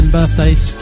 birthdays